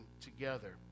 together